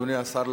אדוני השר,